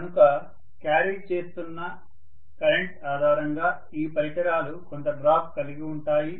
కనుక క్యారీ చేస్తున్న కరెంట్ ఆధారంగా ఈ పరికరాలు కొంత డ్రాప్ కలిగి ఉంటాయి